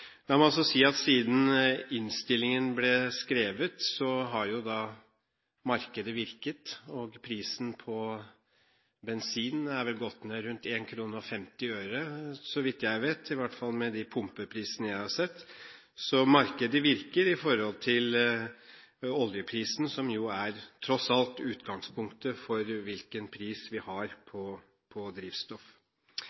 La meg også si at siden innstillingen ble skrevet, har markedet virket, og prisen på bensin har vel gått ned rundt kr 1,50, så vidt jeg vet – i hvert fall ut fra de pumpeprisene jeg har sett. Så markedet virker i forhold til oljeprisen, som jo tross alt er utgangspunktet for hvilken pris vi har